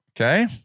Okay